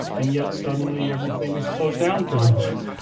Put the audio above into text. and yet suddenly everything is closed down for them.